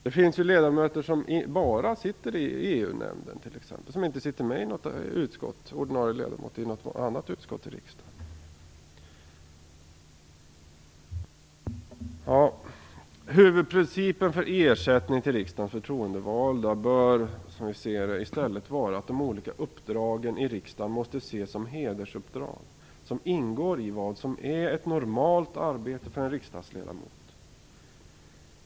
Det finns ledamöter som bara sitter i EU-nämnden och som inte är ordinarie ledamot i något annat utskott i riksdagen. Som vi ser det bör huvudprincipen för ersättning till riksdagens förtroendevalda i stället vara att de olika uppdragen i riksdagen ses som hedersuppdrag som ingår i vad som är ett normalt arbete för en riksdagsledamot.